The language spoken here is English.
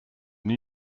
new